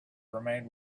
remained